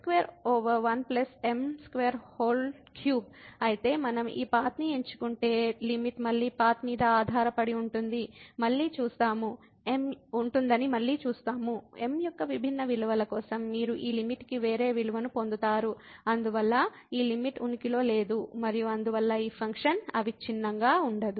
కాబట్టి మనం ఈ పాత్ ని ఎంచుకుంటే లిమిట్ మళ్ళీ పాత్ మీద ఆధారపడి ఉంటుందని మళ్ళీ చూస్తాము m యొక్క విభిన్న విలువల కోసం మీరు ఈ లిమిట్ కి వేరే విలువను పొందుతారు అందువల్ల ఈ లిమిట్ ఉనికిలో లేదు మరియు అందువల్ల ఈ ఫంక్షన్ అవిచ్ఛిన్నంగా ఉండదు